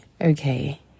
okay